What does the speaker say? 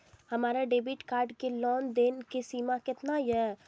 हमार debit card के लेन देन के सीमा केतना ये?